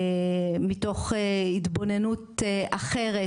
מתוך התבוננות אחרת,